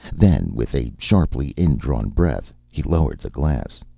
then, with a sharply indrawn breath, he lowered the glass.